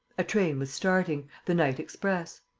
a train was starting, the night express.